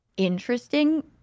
interesting